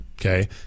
okay